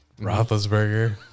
Roethlisberger